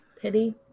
Pity